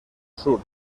sur